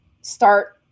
start